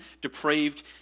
depraved